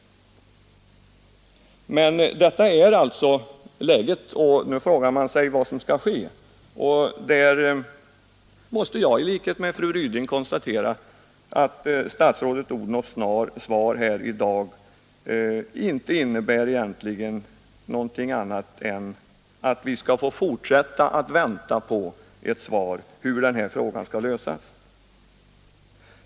Detta är alltså läget. Nu frågar man sig vad som skall ske. Jag måste i likhet med fru Ryding konstatera att statsrådet Odhnoffs svar här i dag egentligen inte säger något annat än att vi skall få fortsätta att vänta på ett besked om hur denna fråga skall lösas.